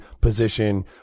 position